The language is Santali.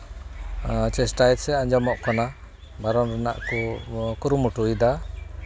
ᱪᱮᱥᱴᱟᱭᱟᱥᱮ ᱟᱸᱡᱚᱢᱚᱜ ᱠᱟᱱᱟ ᱵᱟᱨᱚᱱ ᱨᱮᱱᱟᱜ ᱠᱚ ᱠᱩᱨᱩᱢᱩᱴᱩᱭᱫᱟ